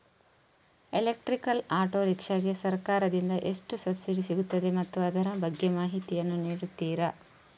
Electrical auto rickshaw ಗೆ ಸರ್ಕಾರ ದಿಂದ ಎಷ್ಟು ಸಬ್ಸಿಡಿ ಸಿಗುತ್ತದೆ ಮತ್ತು ಅದರ ಬಗ್ಗೆ ಮಾಹಿತಿ ಯನ್ನು ನೀಡುತೀರಾ?